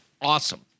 awesome